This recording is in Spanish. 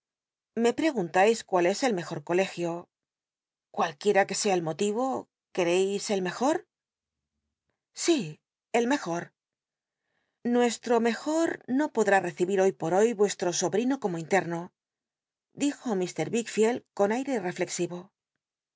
me pregunlais cuál es el mejor colegio cualquiera que sea el motivo quereis el mejor si el mejor nuestro mejor no podr í recibil hoy por hoy ruesli'o sobrino como inlcmo dijo lll wickfield con aire refiexiro